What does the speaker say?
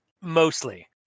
mostly